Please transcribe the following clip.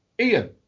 Ian